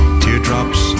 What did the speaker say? teardrops